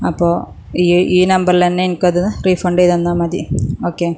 അപ്പോൾ ഈ നമ്പറിൽ തന്നെ എനിക്കത് റീഫണ്ട് ചെയ്ത് തന്നാൽ മതി ഓക്കേ